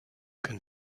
can